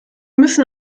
müssen